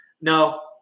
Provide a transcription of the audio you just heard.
No